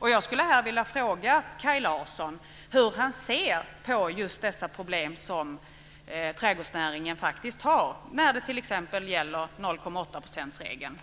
Jag skulle vilja fråga Kaj Larsson hur han ser på just det problem som trädgårdsnäringen faktiskt har när det t.ex. gäller 0,8-procentsregeln.